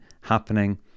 happening